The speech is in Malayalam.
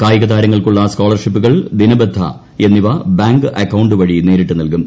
കായിക താരങ്ങൾക്കുള്ള സ്കോളർഷിപ്പുകൾ ദിനബത്ത എന്നിവ ബാങ്ക് അക്കൌണ്ട് വഴി നേരിട്ട് നൽകും